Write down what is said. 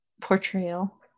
portrayal